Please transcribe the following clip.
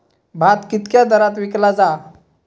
भात कित्क्या दरात विकला जा?